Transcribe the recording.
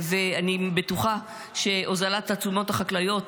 ואני בטוחה שהוזלת התשומות החקלאיות,